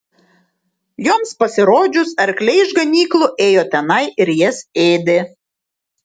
joms pasirodžius arkliai iš ganyklų ėjo tenai ir jas ėdė